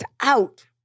out